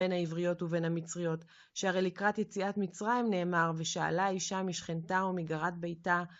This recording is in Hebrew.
בין העבריות ובין המצריות, שהרי לקראת יציאת מצרים נאמר, ושאלה אישה משכנתה ומגרת ביתה